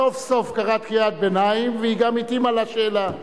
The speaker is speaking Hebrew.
סוף-סוף קראת קריאת ביניים, והיא גם התאימה לשאלה.